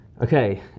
Okay